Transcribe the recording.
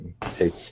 take